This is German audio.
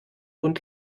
und